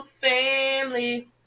family